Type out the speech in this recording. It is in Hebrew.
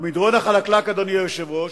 מדרון חלקלק, אדוני היושב-ראש,